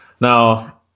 now